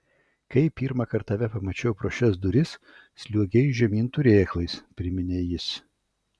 kai pirmąkart tave pamačiau pro šias duris sliuogei žemyn turėklais priminė jis